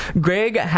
Greg